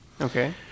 Okay